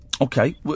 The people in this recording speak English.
Okay